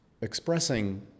expressing